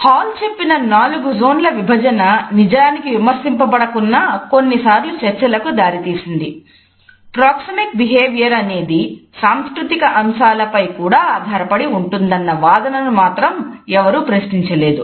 hall అనేది సాంస్కృతిక అంశాలపై కూడా ఆధారపడి ఉంటుంది అన్న అతని వాదనను మాత్రం ఎవరు ప్రశ్నించలేదు